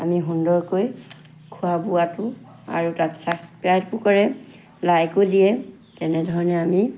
আমি সুন্দৰকৈ খোৱা বোৱাটো আৰু তাত চাছক্ৰাইবো কৰে লাইকো দিয়ে তেনেধৰণে আমি